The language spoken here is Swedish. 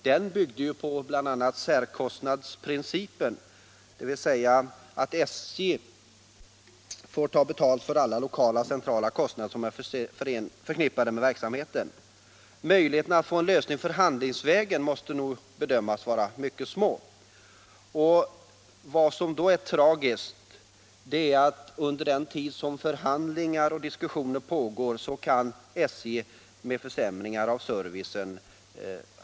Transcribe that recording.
Den byggde bl.a. på särkostnadsprincipen, dvs. att SJ får ta betalt för alla lokala och centrala kostnader som är förknippade med verksamheten. Möjligheterna att få en sådan lösning förhandlingsvägen måste nog bedömas som mycket små. Det tragiska är att under den tid som förhandlingar och diskussioner pågår vill SJ fortsätta ungefär som förut med försämringar av servicen.